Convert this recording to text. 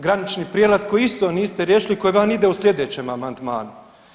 granični prijelaz koji isto niste riješili koji vam ide u slijedećem amandmanu.